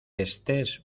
estés